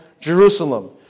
Jerusalem